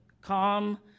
calm